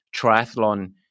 triathlon